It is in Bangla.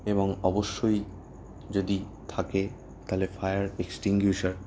এবং অবশ্যই যদি থাকে তাহলে ফায়ার এক্সটিংগুইশার